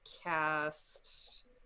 cast